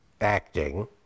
acting